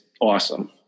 awesome